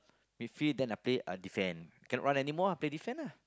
midfield then I play uh defend cannot run anymore ah play defend ah